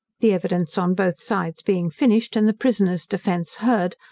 the evidence on both sides being finished, and the prisoner's defence heard,